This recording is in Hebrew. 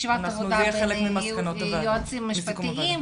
ישיבת עבודה עם יועצים משפטים -- תמי,